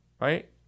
Right